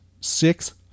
six